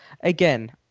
again